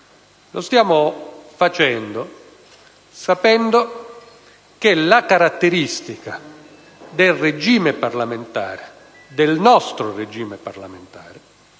Lo stiamo facendo sapendo che la caratteristica del regime parlamentare - del nostro regime parlamentare